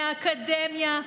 מהאקדמיה,